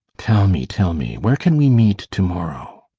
tell me, tell me, where can we meet to-morrow?